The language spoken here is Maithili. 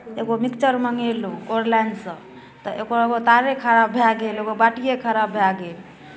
एगो मिक्सर मङ्गेलहुँ ऑनलाइनसँ तऽ ओकर तारे खराब भए गेल एगो बाटिए खराब भए गेल